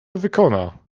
wykona